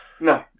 no